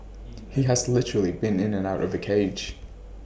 he has literally been in and out of A cage